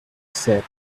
said